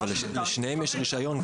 אבל לשניהם יש כבר רישיון.